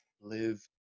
live